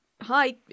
hi